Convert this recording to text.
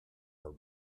her